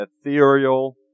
ethereal